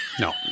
No